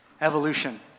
evolution